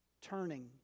turning